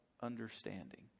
understanding